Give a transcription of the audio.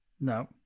No